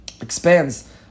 expands